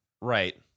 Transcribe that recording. Right